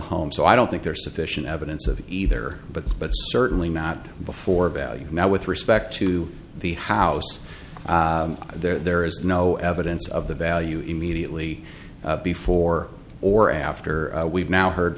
home so i don't think there's sufficient evidence of either but but certainly not before value now with respect to the house there is no evidence of the value immediately before or after we've now heard